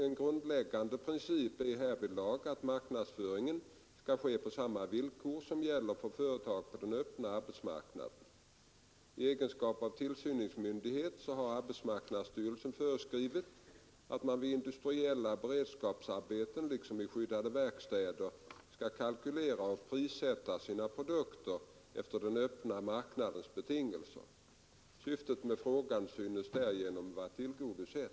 En grundläggande princip är härvid att marknadsföringen skall ske på samma villkor som gäller för företag på den öppna arbetsmarknaden. I egenskap av tillsynsmyndighet har arbetsmarknadsstyrelsen föreskrivit att man vid industriella beredskapsarbeten — liksom i skyddade verkstäder — skall kalkylera och prissätta sina produkter efter den öppna marknadens betingelser. Syftet med frågan synes härigenom vara tillgodosett.